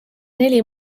neli